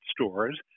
stores